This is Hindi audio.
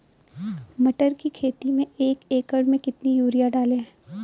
मटर की खेती में एक एकड़ में कितनी यूरिया डालें?